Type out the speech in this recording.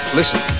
listen